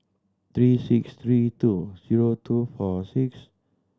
three six three two zero two four six